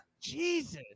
Jesus